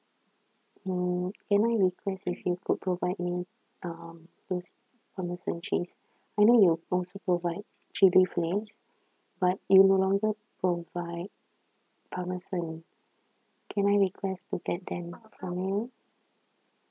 so can I request if you could could provide me um those parmesan cheese I know you also provide chili flakes but you no longer provide parmesan can I request to get them for me